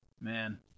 Man